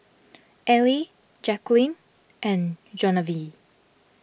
Allie Jaquelin and